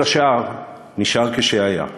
כל השאר נשאר כשהיה.